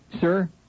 Sir